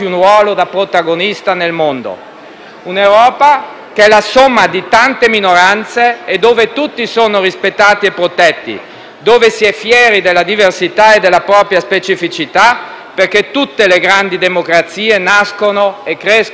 Un'Europa che è la somma di tante minoranze e dove tutti sono rispettati e protetti, dove si è fieri della diversità e della propria specificità, perché tutte le grandi democrazie nascono e crescono solo su queste basi.